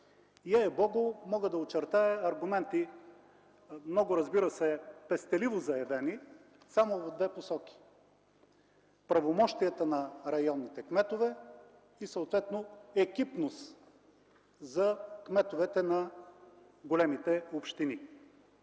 Ей, Богу, мога да очертая аргументи, много разбира се пестеливо заявени, само в две посоки: правомощията на районните кметове и, съответно, екипност за кметовете на големите общини.